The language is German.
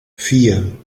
vier